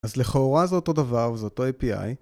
אז לכאורה זה אותו דבר וזה אותו API